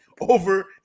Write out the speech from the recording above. over